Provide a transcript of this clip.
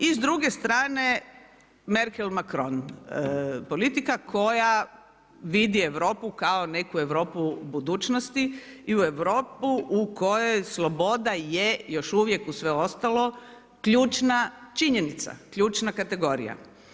I s druge strane Merkel Macron, politika koja vidi Europu, kao neku Europu budućnosti i u Europu u kojoj sloboda je još uvijek uz sve ostalo ključna činjenica, ključna kategorija.